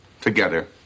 Together